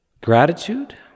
gratitude